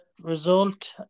result